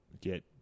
get